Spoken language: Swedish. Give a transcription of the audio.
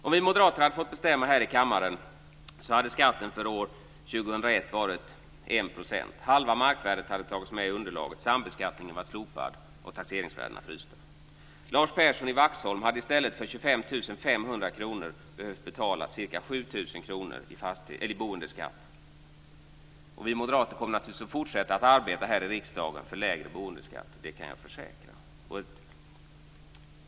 Om vi moderater hade fått bestämma här i kammaren hade skatten för år 2001 varit 1 %. Halva markvärdet hade tagits med i underlaget. Sambeskattningen hade varit slopad och taxeringsvärdena frysta. Lars Persson i Vaxholm hade i stället för 25 500 kr behövt betala ca 7 000 kr i boendeskatt. Vi moderater kommer naturligtvis att fortsätta arbeta för lägre boendeskatter här i riksdagen, det kan jag försäkra.